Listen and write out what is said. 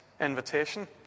invitation